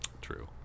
True